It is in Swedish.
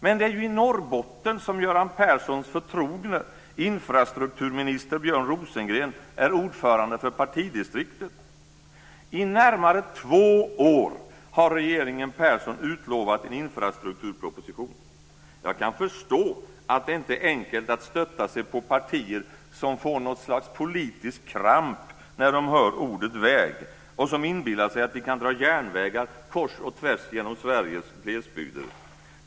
Men det är ju i Norrbotten som Göran Perssons förtrogne, infrastrukturminister Björn Rosengren, är ordförande för partidistriktet. I närmare två år har regeringen Persson utlovat en infrastrukturproposition. Jag kan förstå att det inte är enkelt att stötta sig på partier som får något slags politisk kramp när de hör ordet väg och som inbillar sig att vi kan dra järnvägar kors och tvärs genom Sveriges glesbygder.